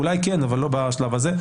אולי כן אבל לא בשלב הזה.